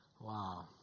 Wow